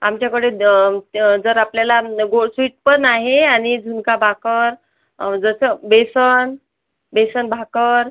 आमच्याकडे जर आपल्याला गोड स्वीट पण आहे आणि झुणका भाकर जसं बेसन बेसन भाकर